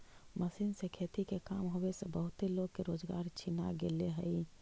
machine से खेती के काम होवे से बहुते लोग के रोजगार छिना गेले हई